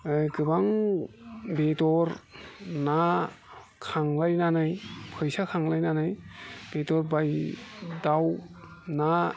गोबां बेदर ना खांलायनानै फैसा खांलायनानै बेदर बायदि दाउ ना